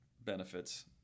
benefits